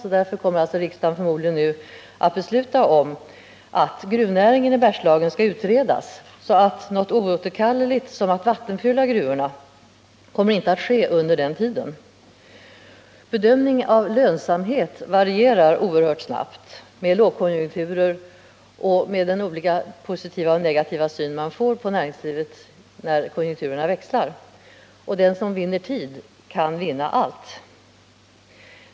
Riksdagen kommer således förmodligen nu att besluta om att gruvnäringen i Bergslagen skall utredas. Något oåterkalleligt, som vattenfyllning av gruvorna, kommer inte att ske under den tiden. Bedömningen av lönsamhet varierar oerhört snabbt med lågkonjunktur och med den varierande positiva och negativa syn man får på näringslivet när konjunkturerna växlar. Den som vinner tid kan vinna allt.